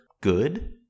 good